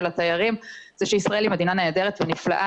התיירים זה שישראל היא מדינה נהדרת ונפלאה,